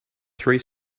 three